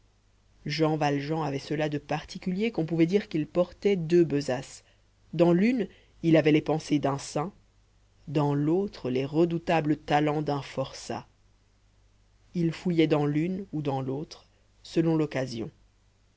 jean valjean avait cela de particulier qu'on pouvait dire qu'il portait deux besaces dans l'une il avait les pensées d'un saint dans l'autre les redoutables talents d'un forçat il fouillait dans l'une ou dans l'autre selon l'occasion